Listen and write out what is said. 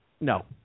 No